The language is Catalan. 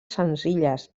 senzilles